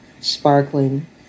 sparkling